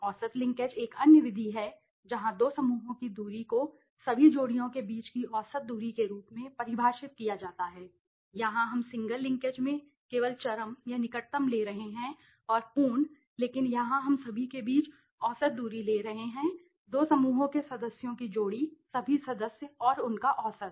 औसत लिंकेज एक अन्य विधि है जहां दो समूहों की दूरी को सभी जोड़ियों के बीच की औसत दूरी के रूप में परिभाषित किया जाता है यहां हम सिंगल लिंकेज में केवल चरम या निकटतम ले रहे हैं और पूर्ण लेकिन यहां हम सभी के बीच औसत दूरी ले रहे हैं दो समूहों के सदस्यों की जोड़ी सभी सदस्य और उनका औसत